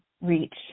reach